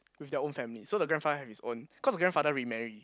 with their own family so the grandfather has his own cause the grandfather remarry